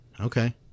Okay